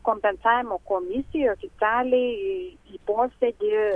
kompensavimo komisija oficialiai į posėdį